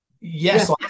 yes